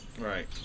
Right